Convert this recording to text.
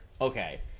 Okay